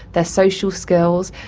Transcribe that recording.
their social skills,